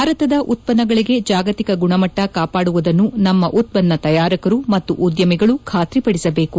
ಭಾರತದ ಉತ್ಪನ್ನಗಳಿಗೆ ಜಾಗತಿಕ ಗುಣಮಟ್ಟ ಕಾಪಾಡುವುದನ್ನು ನಮ್ಮ ಉತ್ಪನ್ನ ತಯಾರಕರು ಮತ್ತು ಉದ್ಯಮಿಗಳು ಖಾತ್ರಿಪದಿಸಬೇಕು